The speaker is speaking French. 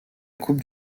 coupe